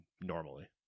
normally